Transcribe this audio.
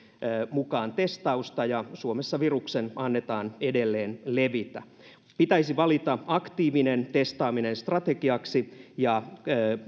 mukaan testausta ja suomessa viruksen annetaan edelleen levitä pitäisi valita aktiivinen testaaminen strategiaksi ja